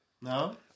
No